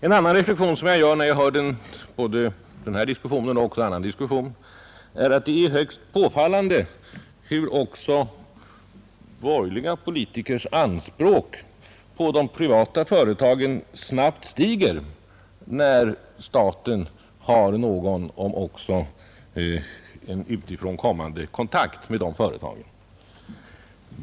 En annan reflexion som jag gör när jag hör både den här diskussionen och annan diskussion är att det är högst påfallande hur också borgerliga politikers anspråk på de privata företagen snabbt stiger när staten har någon — om också utifrån kommande — kontakt med de företagen.